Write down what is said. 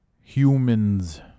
Humans